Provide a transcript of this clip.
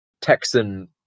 Texan